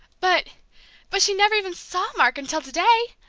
but but she never even saw mark until to-day!